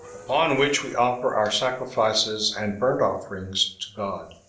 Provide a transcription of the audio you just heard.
upon which we offer our sacrifices and burnt-offerings to god.